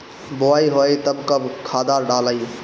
बोआई होई तब कब खादार डालाई?